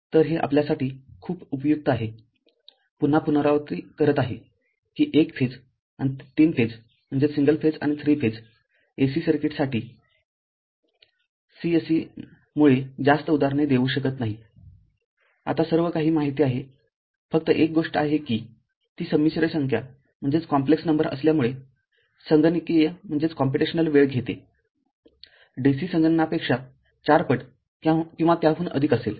तरहे आपल्यासाठी खूप उपयुक्त आहेपुन्हा पुनरावृत्ती करत आहे कि एक फेज आणि तीन फेज ए सी सर्किटसाठी c se मुळे जास्त उदाहरणे देऊ शकत नाहीआता सर्व काही माहिती आहे फक्त एक गोष्ट हे कि ती संमिश्र संख्या असल्यामुळे संगणकीय वेळ घेतेडीसी संगणनापेक्षा ४ पट किंवा त्याहून अधिक असेल